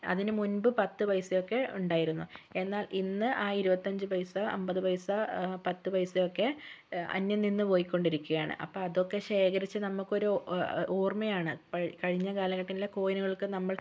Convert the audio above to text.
അതിന് മുൻപ് പത്ത് പൈസ ഒക്കെ ഉണ്ടായിരുന്നു എന്നാൽ ഇന്ന് ആ ഇരുപത്തി അഞ്ച് പൈസ അൻപത് പൈസ പത്ത് പൈസ ഒക്കെ അന്യൻ നിന്ന് പോയ്കൊണ്ട് ഇരിക്കുകയാണ് അപ്പോൾ അതൊക്കെ ശേഖരിച്ച് നമുക്ക് ഒരു ഓർമ്മയാണ് കഴിഞ്ഞ കാലഘട്ടങ്ങളിൽ കോയിനുകളൊക്കെ നമ്മൾ